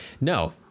No